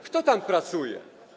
Kto tam pracuje?